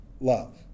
love